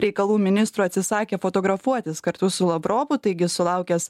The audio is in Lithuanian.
reikalų ministrų atsisakė fotografuotis kartu su lavrovu taigi sulaukęs